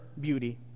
beauty